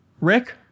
Rick